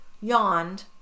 yawned